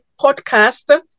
podcast